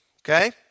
okay